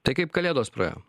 tai kaip kalėdos praėjo